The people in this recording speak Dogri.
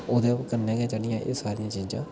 ओह्दे कन्नै गै जेह्ड़ियां एह् सारियां चीजां